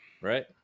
right